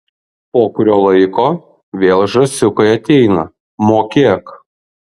po kurio laiko vėl žąsiukai ateina mokėk